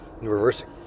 reversing